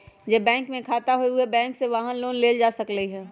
जे बैंक में खाता हए उहे बैंक से वाहन लोन लेल जा सकलई ह